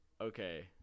Okay